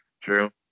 True